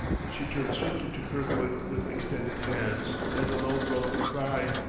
she turned swiftly to kirkwood with extended hands and a low, broken cry.